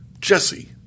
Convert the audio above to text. Jesse